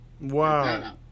Wow